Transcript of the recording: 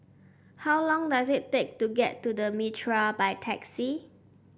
how long does it take to get to The Mitraa by taxi